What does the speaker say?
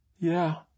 Yeah